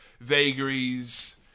vagaries